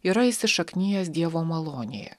yra įsišaknijęs dievo malonėje